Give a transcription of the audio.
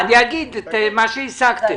אני אגיד את מה שהשגתם.